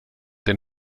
den